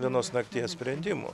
vienos nakties sprendimų